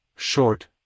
short